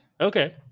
Okay